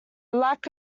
lack